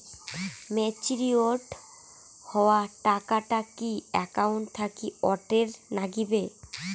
Matured হওয়া টাকাটা কি একাউন্ট থাকি অটের নাগিবে?